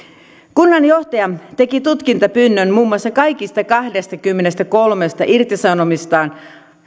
kunnanjohtaja teki tutkintapyynnön muun muassa kaikista kahdestakymmenestäkolmesta irtisanomistaan